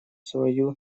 свою